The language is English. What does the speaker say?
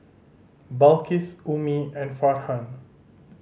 Balqis Ummi and Farhan